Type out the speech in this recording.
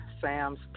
Sam's